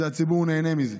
הציבור נהנה מזה.